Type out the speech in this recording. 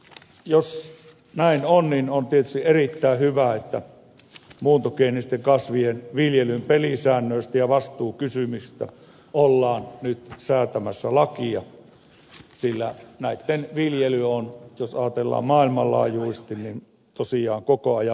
jos näin on niin on tietysti erittäin hyvä että muuntogeenisten kasvien viljelyn pelisäännöistä ja vastuukysymyksistä ollaan nyt säätämässä lakia sillä näitten viljely on jos ajatellaan maailmanlaajuisesti tosiaan koko ajan lisääntymässä